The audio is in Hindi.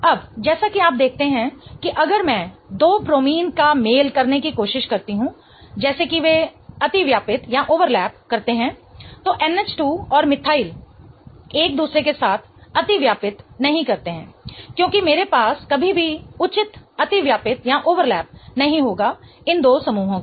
अब जैसा कि आप देखते हैं कि अगर मैं दो ब्रोमीन का मेल करने की कोशिश करती हूं जैसे कि वे अतिव्यापित्त ओवरलैप करते हैं तो NH2 और मिथाइल एक दूसरे के साथ अतिव्यापित्त ओवरलैप नहीं करते हैं क्योंकि मेरे पास कभी भी उचित अतिव्यापित्त ओवरलैप नहीं होगा इन दो समूहों का